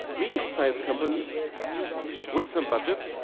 medium-sized companies with some budget.